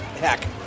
heck